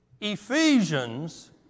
Ephesians